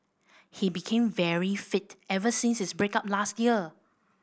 he became very fit ever since his break up last year